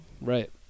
Right